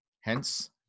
Hence